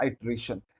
iteration